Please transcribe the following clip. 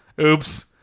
oops